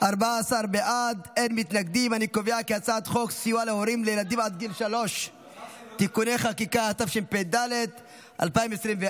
הצעת חוק סיוע להורים לילדים עד גיל שלוש (תיקוני חקיקה) התשפ"ד 2024,